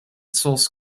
source